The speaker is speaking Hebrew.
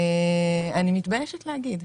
אני מתביישת להגיד,